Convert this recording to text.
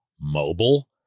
mobile